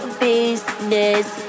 business